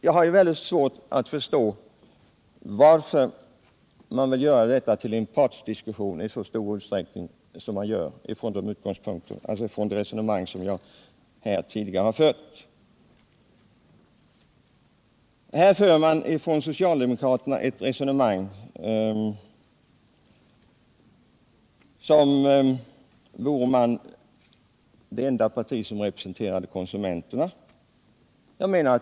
Jag har svårt att förstå varför man vill göra jordbrukspolitiken till en partsdiskussion i så stor utsträckning som man gör. Socialdemokraterna resonerar som om de vore det enda parti som representerar konsumenterna.